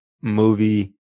movie